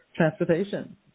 Transportation